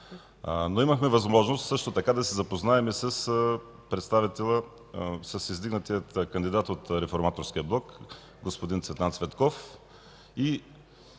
Но имахме възможност също така да се запознаем и с издигнатия кандидат от Реформаторския блок господин Цветан Цветков и